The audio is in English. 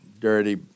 dirty